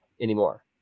anymore